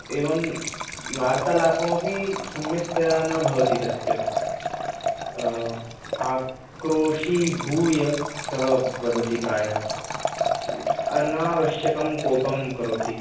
एवं वार्तालापमपि सम्यक्तया न भवति तस्य आक्रोशीभूय सः वदति प्रायः अनावश्यकं कोपं करोति